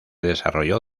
desarrolló